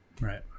right